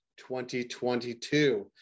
2022